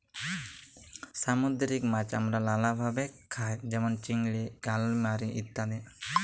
সামুদ্দিরিক মাছ আমরা লালাভাবে খাই যেমল চিংড়ি, কালিমারি ইত্যাদি